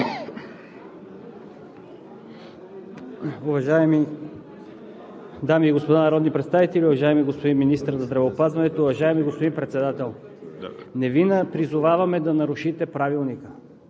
Уважаеми дами и господа народни представители, уважаеми господин Министър на здравеопазването, уважаеми господин Председател! Не Ви призоваваме да нарушите Правилника,